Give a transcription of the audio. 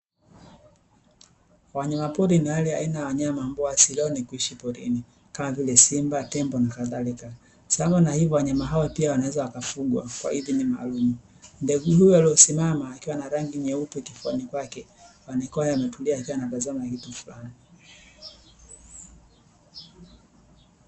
Wanyama pori ni wale aina ya wanyama ambao asili yao ni kuishi porini kam a vile simba, tembo na kadhalika, sambamba na hivo wanyama hawa pia wanaweza wakafugwa kwa idhini maalumu, ndege huyu aliyesimama akiwa na rangi nyeupe kifuani pake amekwaya ametulia akiwa anaangalia kitu fulani.